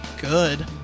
Good